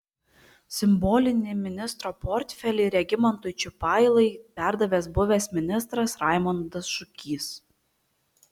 simbolinį ministro portfelį regimantui čiupailai perdavė buvęs ministras raimondas šukys